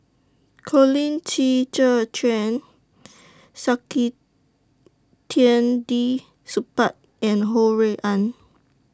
Colin Qi Zhe Quan Saktiandi Supaat and Ho Rui An